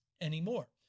anymore